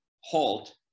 halt